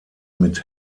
mit